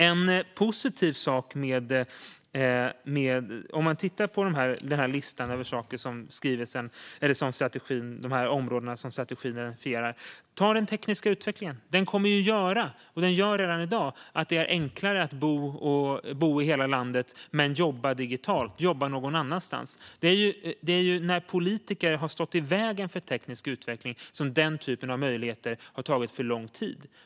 En positiv sak i listan över områden som strategin identifierar är den tekniska utvecklingen. Den kommer ju att göra, och gör redan i dag, att det är enklare att bo i hela landet och jobba digitalt - någon annanstans. Det är ju när politiker har stått i vägen för teknisk utveckling som den typen av möjligheter har tagit för lång tid.